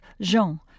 Jean